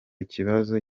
kibazo